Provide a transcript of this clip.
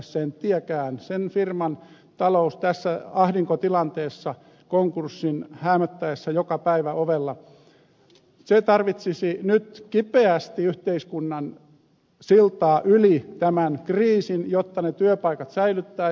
sen firman talous tässä ahdinkotilanteessa konkurssin häämöttäessä joka päivä ovella tarvitsisi nyt kipeästi yhteiskunnan siltaa yli tämän kriisin jotta ne työpaikat säilytettäisiin